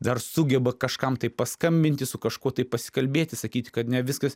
dar sugeba kažkam tai paskambinti su kažkuo tai pasikalbėti sakyti kad ne viskas